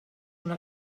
una